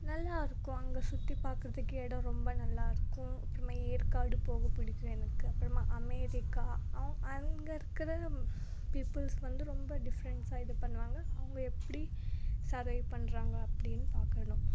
நல்லாயிருக்கும் அங்கே சுற்றி பாக்கிறதுக்கு இடம் ரொம்ப நல்லாயிருக்கும் அப்புறமா ஏற்காடு போக பிடிக்கும் எனக்கு அப்புறமா அமெரிக்காவும் அங்கே இருக்கிற பீப்புள்ஸ் வந்து ரொம்ப டிஃப்ரென்ஸாக இது பண்ணுவாங்க அவங்க எப்படி சர்வே பண்ணுறாங்க அப்படினு பார்க்கணும்